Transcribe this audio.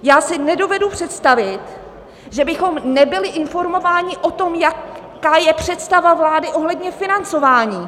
Já si nedovedu představit, že bychom nebyli informováni o tom, jaká je představa vlády ohledně financování.